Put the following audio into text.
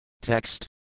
Text